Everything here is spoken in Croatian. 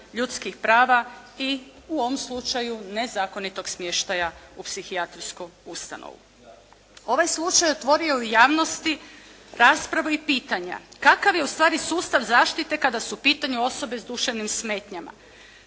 ljudskih prava i u ovom slučaju nezakonitog smještaja u psihijatrijsku ustanovu. Ovaj slučaj otvorio je u javnosti raspravu i pitanja kakav je ustvari sustav zaštite kada su u pitanju osobe s duševnim smetnjama.